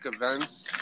events